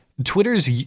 Twitter's